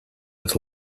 with